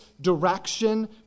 direction